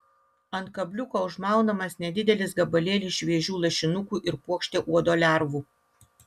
ant kabliuko užmaunamas nedidelis gabalėlis šviežių lašinukų ir puokštė uodo lervų